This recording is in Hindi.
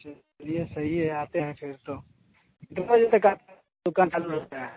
अच्छा चलिए सही है आते हैं फिर तो कितने बजे तक दुकान चालू रहती है